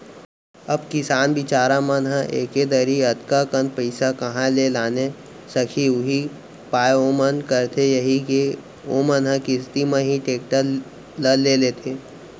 अब किसान बिचार मन ह एके दरी अतका कन पइसा काँहा ले लाने सकही उहीं पाय ओमन करथे यही के ओमन ह किस्ती म ही टेक्टर ल लेथे